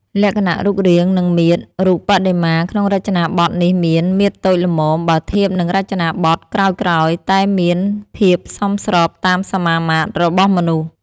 លក្ខណៈរូបរាង និងមាឌ រូបបដិមាក្នុងរចនាបថនេះមាន មាឌតូចល្មម បើធៀបនឹងរចនាបថក្រោយៗ តែមានភាពសមស្របតាមសមាមាត្ររបស់មនុស្ស។